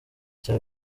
cya